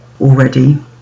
already